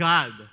God